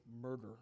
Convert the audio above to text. murder